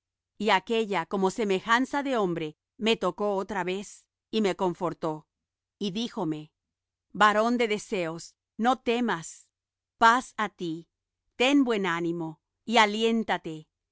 y aquella como semejanza de hombre me tocó otra vez y me confortó y díjome varón de deseos no temas paz á ti ten buen ánimo y aliéntate